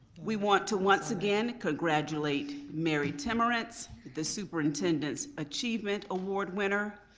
we want to once again congratulate mary temarantz, the superintendent's achievement award winner.